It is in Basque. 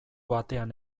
batean